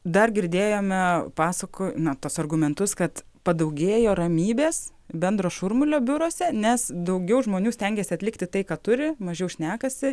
dar girdėjome pasako na tuos argumentus kad padaugėjo ramybės bendro šurmulio biuruose nes daugiau žmonių stengiasi atlikti tai ką turi mažiau šnekasi